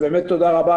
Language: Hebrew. באמת תודה רה.